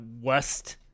west